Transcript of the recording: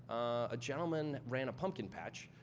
a gentleman ran a pumpkin patch.